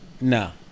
No